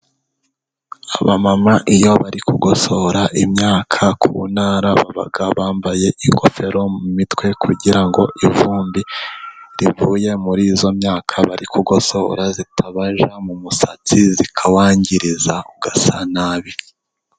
Abamama iyo bari klugosora imyaka ku ntara baba bambaye ingofero mu mitwe kugira ngo ivumbi rivuye muri iyo myaka bari kugosora itabajya mu musatsi zikawangiriza ugasa nabi.